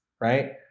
right